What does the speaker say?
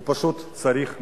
הוא פשוט צריך מנהיגות.